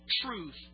truth